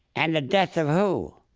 and the death of who?